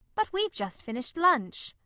but we've just finished lunch.